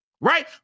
right